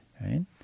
right